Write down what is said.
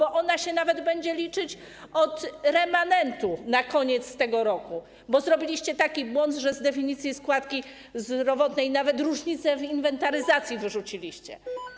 Ona się nawet będzie liczyć od remanentu na koniec tego roku, bo zrobiliście taki błąd, że z definicji składki zdrowotnej nawet różnicę w inwentaryzacji wyrzuciliście.